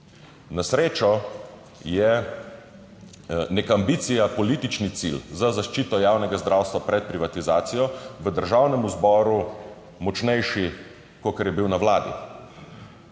Na srečo je neka ambicija, politični cilj za zaščito javnega zdravstva pred privatizacijo v Državnem zboru močnejši, kakor je bil na Vladi.